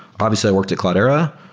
obviously, i worked at cloudera.